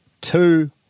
Two